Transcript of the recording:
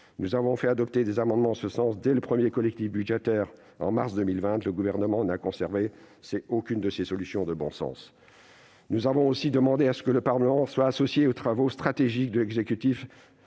Nous avons fait adopter des amendements en ce sens dès le premier collectif budgétaire en mars 2020, mais le Gouvernement n'a conservé aucune de ces solutions de bon sens. Nous avons aussi demandé que le Parlement soit associé aux travaux stratégiques de l'exécutif